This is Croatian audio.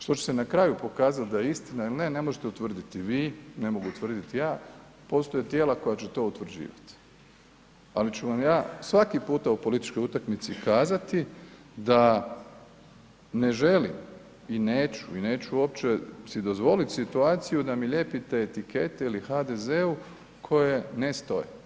Što će se na kraju pokazati da je istina ili ne, ne možete utvrditi vi, ne mogu utvrdit ja, postoje tijela koja će to utvrđivat, ali ću vam ja svaki puta u političkoj utakmici kazati da ne želim i neću i neću si uopće dozvoliti situaciju da mi lijepite etikete ili HDZ-u koje ne stoje.